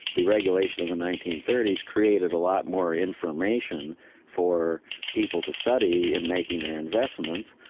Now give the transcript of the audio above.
the regulation in the nineteen thirty s created a lot more information for people to study in making their investments,